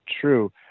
true